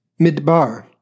midbar